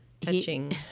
touching